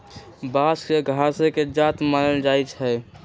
बांस के घासे के जात मानल जाइ छइ